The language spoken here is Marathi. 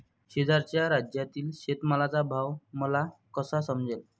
शेजारच्या राज्यातील शेतमालाचा भाव मला कसा समजेल?